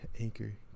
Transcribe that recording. anchor